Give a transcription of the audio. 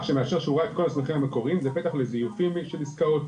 שמאשר שהוא ראה את כל המסמכים המקוריים זה פתח לזיופים של עסקאות,